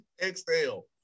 Exhale